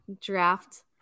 draft